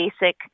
basic